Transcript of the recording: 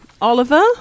Oliver